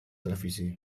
televisi